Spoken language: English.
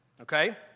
okay